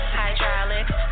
hydraulics